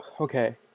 Okay